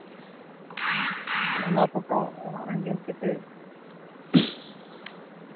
ᱚᱱᱟ ᱯᱷᱚᱴᱳ ᱚᱲᱟᱜ ᱨᱮ ᱧᱮᱞ ᱠᱟᱛᱮᱫ